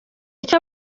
iki